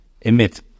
emit